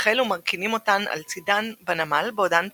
החלו מרכינים אותן על צידן בנמל בעודן צפות.